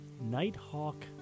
Nighthawk